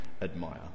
admire